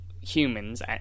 Humans